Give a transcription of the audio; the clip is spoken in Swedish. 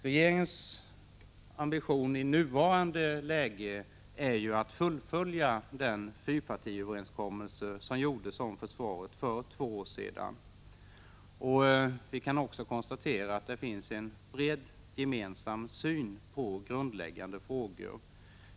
Regeringens ambition i nuvarande läge är ju att fullfölja den fyrpartiöverenskommelse som träffades om försvaret för två år sedan. Vi kan också konstatera att det finns en bred gemensam syn på grundläggande frågor.